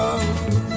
love